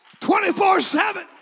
24-7